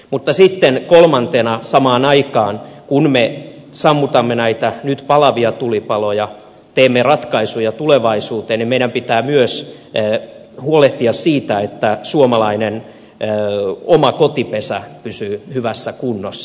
mutta sitten kolmantena samaan aikaan kun me sammutamme näitä nyt palavia tulipaloja teemme ratkaisuja tulevaisuuteen meidän pitää myös huolehtia siitä että suomalainen oma kotipesä pysyy hyvässä kunnossa